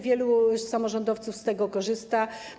Wielu samorządowców z tego korzysta.